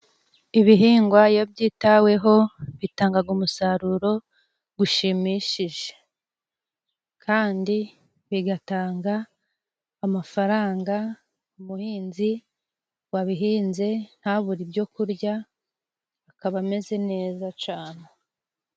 Ibihingwa iyo byitaweho bitangaga umusaruro gushimishije, kandi bigatanga amafaranga umuhinzi wabihinze ntabure ibyo kurya akaba ameze neza cane.